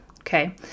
Okay